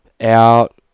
out